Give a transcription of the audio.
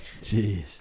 Jeez